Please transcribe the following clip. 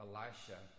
Elisha